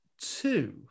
two